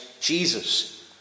Jesus